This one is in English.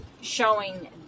showing